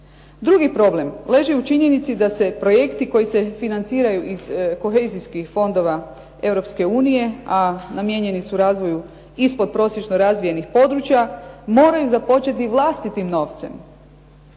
Drugi problem leži u činjenici da se projekti koji se financiraju iz kohezijskih fondova Europske unije, a namijenjeni su razvoju ispod prosječno razvijenih područja moraju započeti vlastitim novcem,